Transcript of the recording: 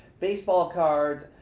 baseball cards.